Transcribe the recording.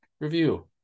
review